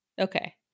okay